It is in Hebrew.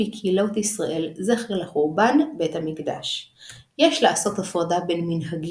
בזמן נישואין נתינת אפר מקלה על ראש החתן